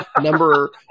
number